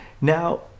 Now